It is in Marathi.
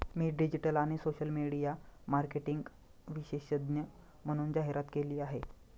मी डिजिटल आणि सोशल मीडिया मार्केटिंग विशेषज्ञ म्हणून जाहिरात केली आहे